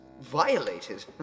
violated